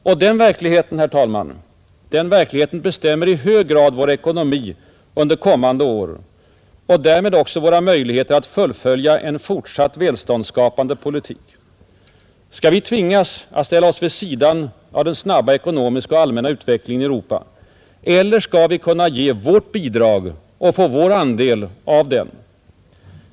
Och den verkligheten, herr talman, bestämmer i hög grad vår ekonomi under kommande år och därmed också våra möjligheter att fullfölja en fortsatt välståndsskapande politik. Skall vi tvingas ställa oss vid sidan av den snabba ekonomiska och allmänna utvecklingen i Europa eller skall vi kunna ge vårt bidrag och få vår andel av den?